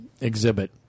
exhibit